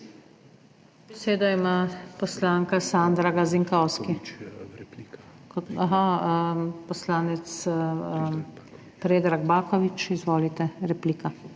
Besedo ima poslanka Sandra Gazinkovski. Aha, poslanec Predrag Baković, izvolite, replika.